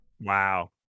Wow